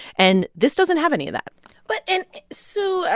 and this doesn't have any of that but and sue,